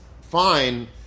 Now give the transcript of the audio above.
fine